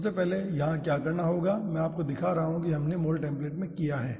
तो सबसे पहले यहाँ पर क्या करना होगा मैं आपको दिखा रहा हूँ कि हमने Moltemplate में किया है